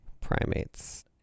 primates